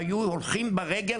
היו הולכים ברגל,